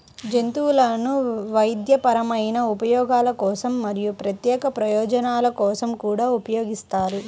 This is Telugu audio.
జంతువులను వైద్యపరమైన ఉపయోగాల కోసం మరియు ప్రత్యేక ప్రయోజనాల కోసం కూడా ఉపయోగిస్తారు